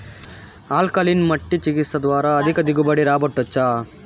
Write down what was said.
alkaline మట్టి చికిత్స ద్వారా అధిక దిగుబడి రాబట్టొచ్చా